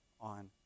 on